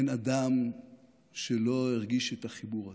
אין אדם שלא הרגיש את החיבור הזה.